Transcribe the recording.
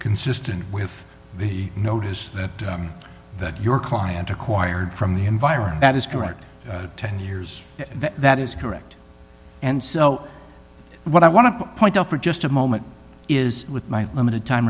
consistent with the notice that that your client acquired from the environment that is correct ten years that is correct and so what i want to point up are just a moment is with my limited time